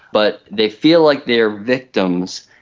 but they feel like they are victims,